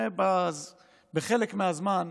בחלק מהזמן,